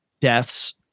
deaths